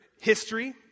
history